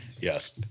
Yes